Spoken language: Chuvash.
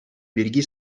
пирки